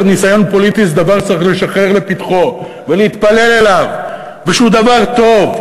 ניסיון פוליטי זה דבר שצריך לשחר לפתחו ולהתפלל אליו ושהוא דבר טוב,